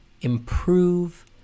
Improve